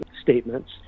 statements